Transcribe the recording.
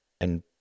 And